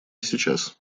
сейчас